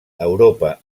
europa